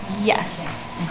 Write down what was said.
Yes